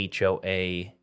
HOA